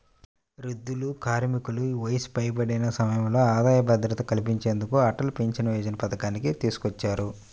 వృద్ధులు, కార్మికులకు వయసు పైబడిన సమయంలో ఆదాయ భద్రత కల్పించేందుకు అటల్ పెన్షన్ యోజన పథకాన్ని తీసుకొచ్చారు